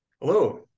Hello